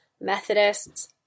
Methodists